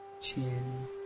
chin